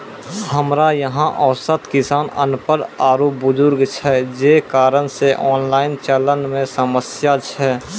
हमरा यहाँ औसत किसान अनपढ़ आरु बुजुर्ग छै जे कारण से ऑनलाइन चलन मे समस्या छै?